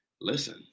listen